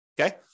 okay